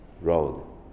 road